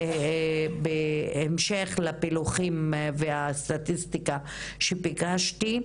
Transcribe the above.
בהמשך לפילוחים ולסטטיסטיקה שביקשתי,